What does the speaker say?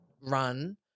run